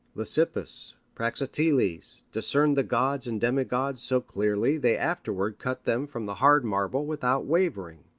lysippus, praxiteles, discerned the gods and demigods so clearly they afterward cut them from the hard marble without wavering.